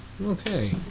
Okay